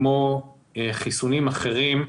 כמו חיסונים אחרים,